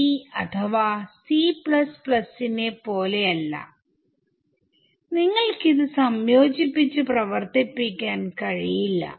C അഥവാ C നെ പോലെയല്ല നിങ്ങൾക്കിത് സയോജിപ്പിച്ചു പ്രവർത്തിപ്പിക്കാൻ കഴിയില്ല